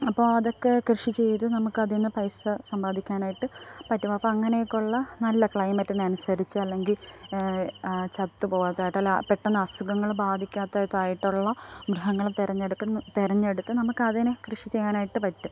അപ്പോൾ അതൊക്കെ കൃഷി ചെയ്ത് നമുക്കതീന്ന് പൈസ സമ്പാദിക്കാനായിട്ട് പറ്റും അപ്പോൾ അങ്ങനെയൊക്കെ ഉള്ള നല്ല ക്ലൈമറ്റിനനുസരിച്ച് അല്ലെങ്കിൽ ചത്തു പോകാത്തതായിട്ട് അല്ലെ പെട്ടന്ന് അസുഖങ്ങൾ ബാധിക്കാത്ത തായിട്ടുള്ള മൃഗങ്ങളെ തെരഞ്ഞെടുക്കുന്ന് തെരഞ്ഞെടുത്ത് നമുക്കതിനെ കൃഷി ചെയ്യാനായിട്ട് പറ്റും